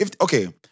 okay